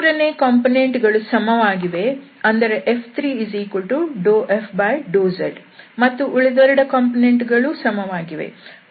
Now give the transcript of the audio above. ಮೂರನೇ ಕಾಂಪೊನೆಂಟ್ ಗಳು ಸಮವಾಗಿವೆ ಅಂದರೆ F3δfδz ಮತ್ತು ಉಳಿದೆರಡು ಕಾಂಪೊನೆಂಟ್ ಗಳೂ ಸಮವಾಗಿದೆ